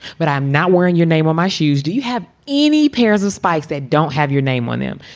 but i'm not wearing your name on my shoes. do you have any pairs of spikes that don't have your name on em?